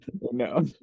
No